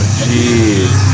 jeez